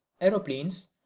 aeroplanes